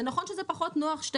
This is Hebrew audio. זה נכון שזה פחות נוח שני